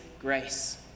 grace